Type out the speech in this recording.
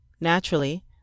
Naturally